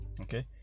Okay